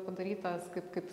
padarytas kaip kaip